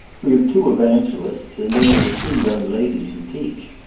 we have two evangelists and then there are two young ladies who teach.